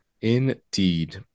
Indeed